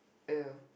ill